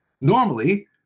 normally